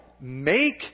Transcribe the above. make